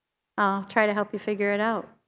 i'll try to help you figure it out.